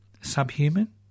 subhuman